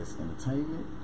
Entertainment